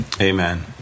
amen